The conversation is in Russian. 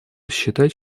считать